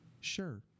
Sure